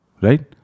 Right